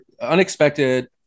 unexpected